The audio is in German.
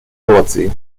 nordsee